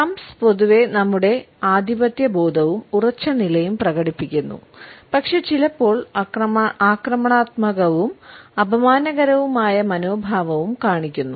thumbs പൊതുവെ നമ്മുടെ ആധിപത്യബോധവും ഉറച്ച നിലയും പ്രകടിപ്പിക്കുന്നു പക്ഷേ ചിലപ്പോൾ ആക്രമണാത്മകവും അപമാനകരവുമായ മനോഭാവവും കാണിക്കുന്നു